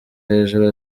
hejuru